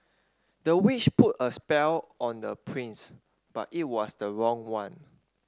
the witch put a spell on the prince but it was the wrong one